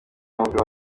mugabo